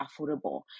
affordable